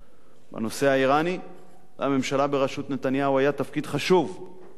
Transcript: בנושא האירני לממשלה בראשות נתניהו היה תפקיד חשוב בהזעקת